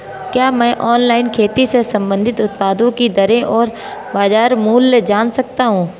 क्या मैं ऑनलाइन खेती से संबंधित उत्पादों की दरें और बाज़ार मूल्य जान सकता हूँ?